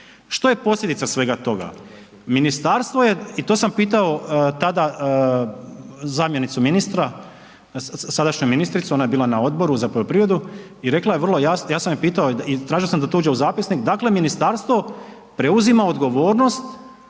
Što je posljedica svega toga? I to sam pitao tada zamjenicu ministra, sadašnju ministricu ona je bila na Odboru za poljoprivredu i rekla je vrlo jasno i ja sam je pitao i tražio sam da to uđe u zapisnik, dakle ministarstvo preuzima odgovornost